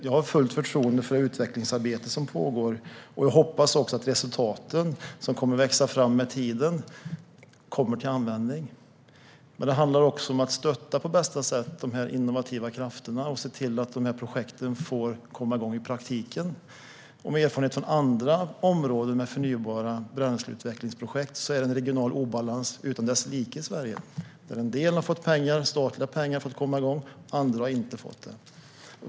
Jag har fullt förtroende för det utvecklingsarbete som pågår, och jag hoppas också att de resultat som kommer att växa fram med tiden kommer till användning. Men det handlar också om att på bästa sätt stötta de innovativa krafterna och se till att projekten får komma igång i praktiken. Erfarenheten från andra områden med projekt som gäller utveckling av förnybara bränslen visar att det råder en regional obalans utan dess like i Sverige. En del har fått statliga pengar för att komma igång medan andra inte har fått det.